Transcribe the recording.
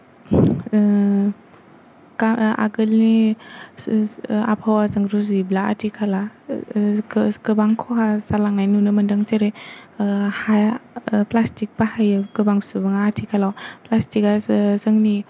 गा आगोलनि आबहावाजों रुजुयोब्ला आथिखाला गोबां खहा जालांनाय नुनो मोनदों जेरै हा प्लास्टिक बाहायो गोबां सुबुंआ आथिखालाव प्लास्टिकआ जोंनि